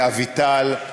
לאביטל,